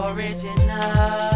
Original